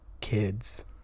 kids